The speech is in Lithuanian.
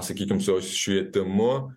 sakykim su švietimu